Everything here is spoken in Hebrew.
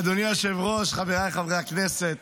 אדוני היושב-ראש, חבריי חברי הכנסת,